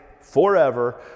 forever